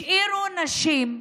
השאירו נשים,